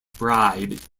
bribe